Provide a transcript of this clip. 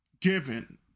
given